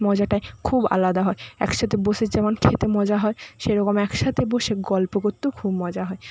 মজাটাই খুব আলাদা হয় একসাথে বসে যেমন খেতে মজা হয় সেরকম একসাথে বসে গল্প করতেও খুব মজা হয়